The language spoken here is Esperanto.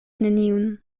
neniun